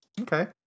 Okay